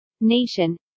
nation